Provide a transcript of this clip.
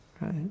right